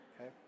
okay